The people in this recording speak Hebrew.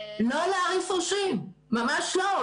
לא לערוף ראשים, ממש לא.